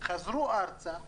חזרו ארצה,